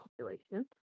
population